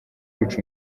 kwica